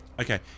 Okay